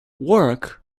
work